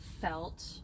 felt